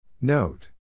Note